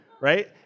right